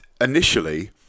initially